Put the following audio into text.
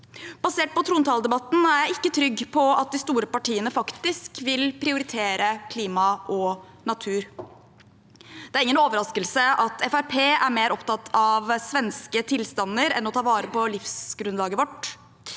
Basert på trontaledebatten er jeg ikke trygg på at de store partiene faktisk vil prioritere klima og natur. Det er ingen overraskelse at Fremskrittspartiet er mer opptatt av svenske tilstander enn av å ta vare på livsgrunnlaget vårt.